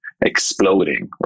exploding